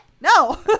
No